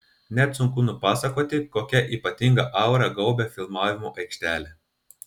net sunku nupasakoti kokia ypatinga aura gaubia filmavimo aikštelę